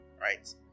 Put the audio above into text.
right